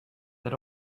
that